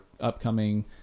upcoming